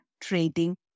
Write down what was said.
trading